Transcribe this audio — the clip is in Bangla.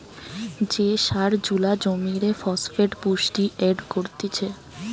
যে সার জুলা জমিরে ফসফেট পুষ্টি এড করতিছে